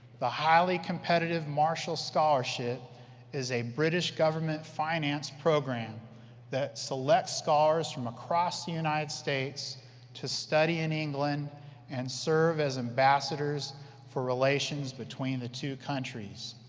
the highly competitive marshall scholarship is a british government-financed program that selects scholars from across the united states to study in england and serve as ambassadors for relations between the two countries.